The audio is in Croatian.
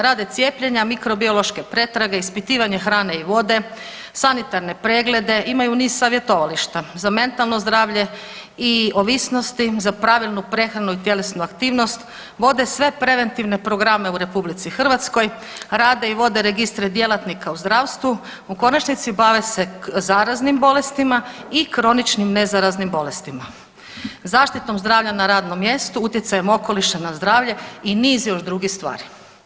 Rade cijepljenja, mikrobiološke pretrage, ispitivanje hrane i vode, sanitarne preglede, imaju niz savjetovališta za mentalno zdravlje i ovisnosti, za pravilnu prehranu i tjelesnu aktivnost, vode sve preventivne programe u RH, rade i vode registre djelatnika u zdravstvu, u konačnici bave se zaraznim bolestima i kroničnim nezaraznim bolestima, zaštitom zdravlja na radnom mjestu, utjecajem okoliša na zdravlje i niz još drugih stvari.